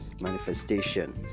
manifestation